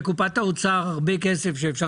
יכול להיות שיש בקופת האוצר הרבה כסף שאפשר